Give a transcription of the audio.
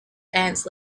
ants